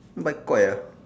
ah